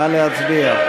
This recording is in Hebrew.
נא להצביע.